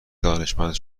دانشمند